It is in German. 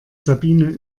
sabine